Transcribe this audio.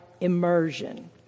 immersion